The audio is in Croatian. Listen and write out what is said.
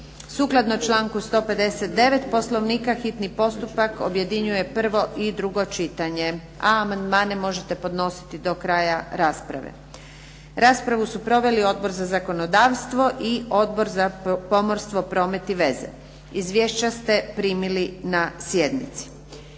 Sukladno članku 159. Poslovnika hitni postupak objedinjuje prvo i drugo čitanje, a amandmane možete podnositi do kraja rasprave. Raspravu su proveli Odbor za zakonodavstvo, Odbor za pomorstvo, promet i veze. Izvješća ste primili na sjednici.